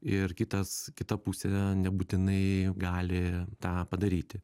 ir kitas kita pusė nebūtinai gali tą padaryti